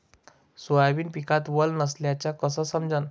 Soybean पिकात वल नसल्याचं कस समजन?